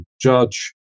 judge